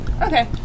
Okay